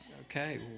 Okay